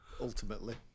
ultimately